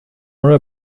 mora